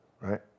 right